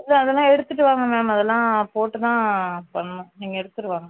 இல்லை அதெல்லாம் எடுத்துகிட்டு வாங்க மேம் அதெல்லாம் போட்டு தான் பண்ணணும் நீங்கள் எடுத்துகிட்டு வாங்க